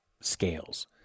scales